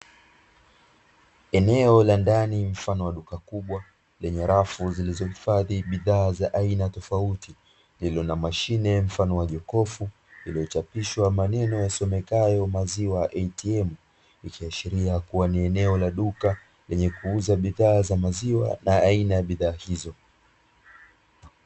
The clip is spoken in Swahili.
Eneo la ndani mfano wa duka kubwa lenye rafu zilizohifadhi bidhaa za aina tofauti iliyo na mashine mfano wa jokofu liliochapishwa maneno yasomekayo "Maziwa ATM", ikiashiria kuwa ni eneo la duka lenye kuuza bidhaa za maziwa na aina ya bidhaa hizo.